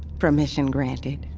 permission granted